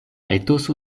etoso